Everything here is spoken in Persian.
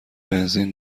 بنزین